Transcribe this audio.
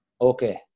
okay